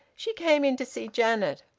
she came in to see janet.